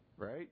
right